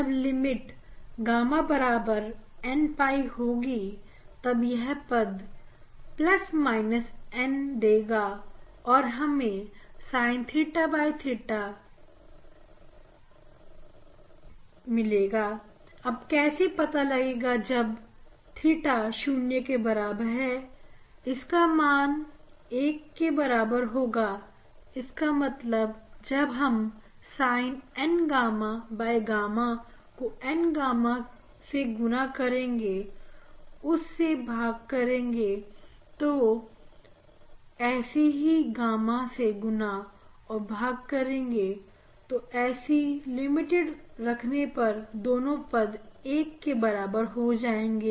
जब limit gamma बराबर n 𝝿 होगी तब यह पद N देगा अब हमें sin theta theta कैसे पता लगेगा जब theta 0 है इसका मान एक के बराबर होगा इसका मतलब जब हम Sin N gamma Sin gamma को N gamma से गुना करेंगे और उसी से भाग करेंगे तो और ऐसे ही गामा से गुणा और भाग करेंगे तो ऐसी लिमिटेड रखने पर यह दोनों पद 1 के बराबर हो जायेंगे